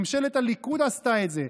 ממשלת הליכוד עשתה את זה.